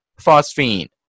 phosphine